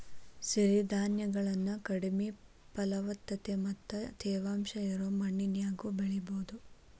ಸಿರಿಧಾನ್ಯಗಳನ್ನ ಕಡಿಮೆ ಫಲವತ್ತತೆ ಮತ್ತ ತೇವಾಂಶ ಇರೋ ಮಣ್ಣಿನ್ಯಾಗು ಬೆಳಿಬೊದು